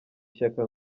ishyaka